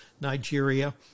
Nigeria